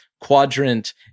quadrant